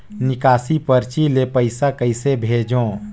निकासी परची ले पईसा कइसे भेजों?